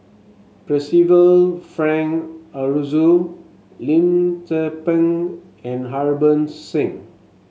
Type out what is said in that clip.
Percival Frank Aroozoo Lim Tze Peng and Harbans Singh